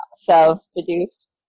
self-produced